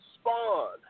Spawn